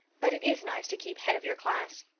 but it is nice to keep head of your class.